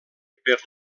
per